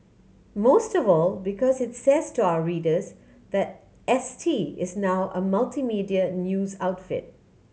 most of all because it says to our readers that S T is now a multimedia news outfit